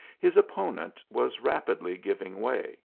his opponent was rapidly giving way.